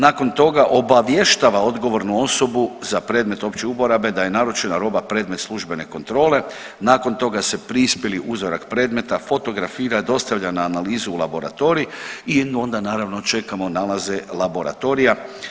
Nakon toga obavještava odgovornu osobu za predmet opće uporabe da je naručena roba predmet službene kontrole, nakon toga se prispjeli uzorak predmeta fotografira, dostavlja na analizu u laboratorij i onda naravno čekamo nalaze laboratorija.